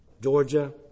Georgia